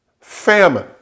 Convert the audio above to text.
famine